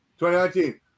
2019